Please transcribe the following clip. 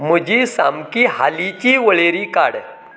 म्हजी सामकी हालिची वळेरी काड